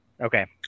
Okay